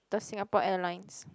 the Singapore Airlines